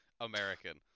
American